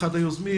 אחד היוזמים,